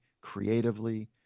creatively